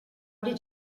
did